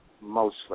mostly